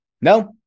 No